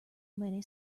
many